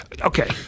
Okay